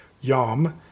Yom